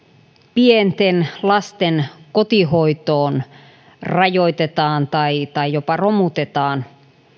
pienten lasten kotihoitoon rajoitetaan tai tai jopa romutetaan